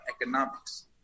economics